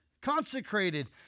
consecrated